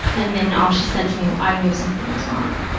and then all she said to me, well, i knew something was wrong,